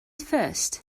first